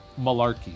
malarkey